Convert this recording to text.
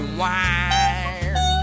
wine